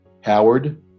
Howard